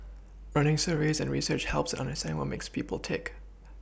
running surveys and research helps in understanding what makes people tick